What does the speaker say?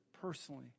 personally